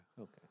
Okay